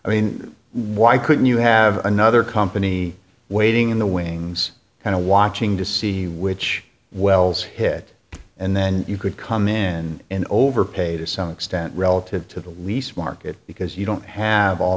i mean why couldn't you have another company waiting in the wings kind of watching to see which wells hit and then you could come in and overpay to some extent relative to the lease market because you don't have all